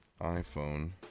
iPhone